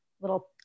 little